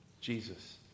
Jesus